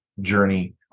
journey